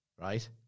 right